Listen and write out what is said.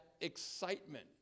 excitement